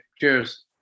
Cheers